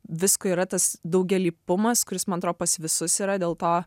visko yra tas daugialypumas kuris man atrodo pas visus yra dėl to